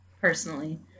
Personally